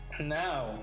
Now